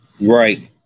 Right